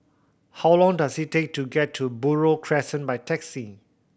how long does it take to get to Buroh Crescent by taxi